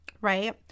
right